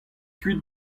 kuit